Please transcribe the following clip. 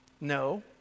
No